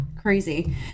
Crazy